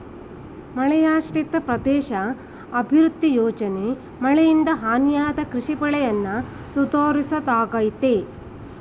ಮಳೆಯಾಶ್ರಿತ ಪ್ರದೇಶ ಅಭಿವೃದ್ಧಿ ಯೋಜನೆ ಮಳೆಯಿಂದ ಹಾನಿಯಾದ ಕೃಷಿ ಬೆಳೆಯನ್ನ ಸುಧಾರಿಸೋದಾಗಯ್ತೆ